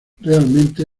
realmente